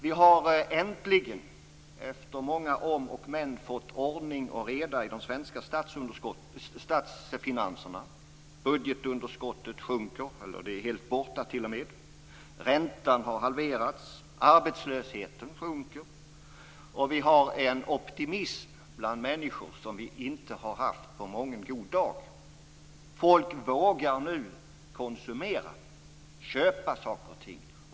Vi har äntligen, efter många om och men, fått ordning och reda i de svenska statsfinanserna. Budgetunderskottet sjunker - det är t.o.m. helt borta. Räntan har halverats. Arbetslösheten sjunker. Vi har en optimism bland människor som vi inte har haft på mången god dag. Folk vågar konsumera, köpa saker och ting.